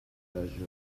pleasure